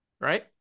right